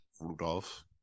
Rudolph